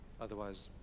otherwise